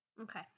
Okay